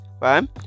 right